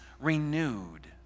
renewed